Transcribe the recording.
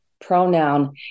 pronoun